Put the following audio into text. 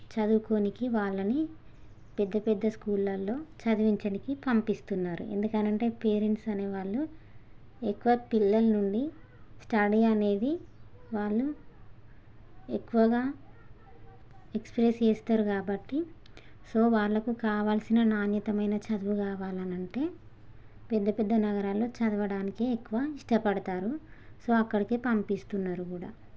చదువుకోవడానికి వాళ్ళని పెద్దపెద్ద స్కూల్లల్లో చదివించడానికి పంపిస్తున్నారు ఎందుకని అంటే పేరెంట్స్ అనేవాళ్ళు ఎక్కువ పిల్లలు ఉండి స్టడీ అనేది వాళ్ళు ఎక్కువగా ఎక్స్ప్రెస్ చేస్తారు కాబట్టి సో వాళ్ళకు కావాల్సిన నాణ్యతమైన చదువు కావాలి అనంటే పెద్ద పెద్ద నగరాల్లో చదవాడినికే ఎక్కువ ఇష్టపడతారు సో అక్కడికే పంపిస్తున్నారు కూడా